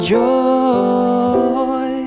joy